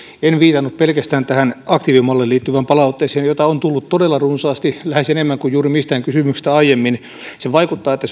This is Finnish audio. en viitannut pelkästään tähän aktiivimalliin liittyvään palautteeseen jota on tullut todella runsaasti lähes enemmän kuin juuri mistään kysymyksestä aiemmin vaikuttaa siltä että